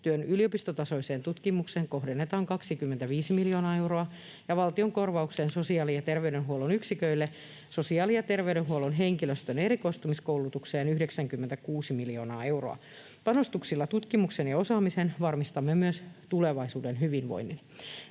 yliopistotasoiseen tutkimukseen kohdennetaan 25 miljoonaa euroa ja valtion kor- vaukseen sosiaali- ja terveydenhuollon yksiköille sosiaali- ja terveydenhuollon henkilöstön erikoistumiskoulutukseen 96 miljoonaa euroa. Panostuksilla tutkimukseen ja osaamiseen varmistamme myös tulevaisuuden hyvinvoinnin.